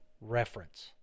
reference